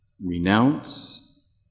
renounce